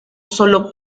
sólo